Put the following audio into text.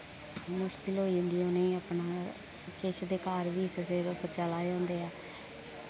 मुश्किल होई जंदी उ'ने अपना किश ते घर बी इस सिरे उप्पर चला दे होंदे ऐ